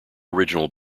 original